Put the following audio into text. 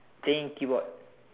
playing keyboard